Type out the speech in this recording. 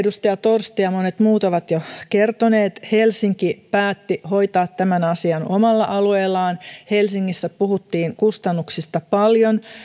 edustaja torsti ja monet muut ovat jo kertoneet helsinki päätti hoitaa tämän asian omalla alueellaan helsingissä puhuttiin kustannuksista paljon